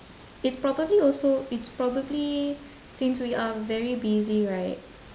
it's probably also it's probably since we are very busy right